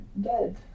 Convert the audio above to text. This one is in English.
dead